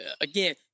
again